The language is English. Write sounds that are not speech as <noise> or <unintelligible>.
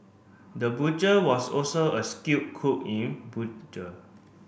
the butcher was also a skilled cook in <unintelligible>